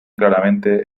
claramente